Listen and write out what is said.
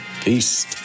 Peace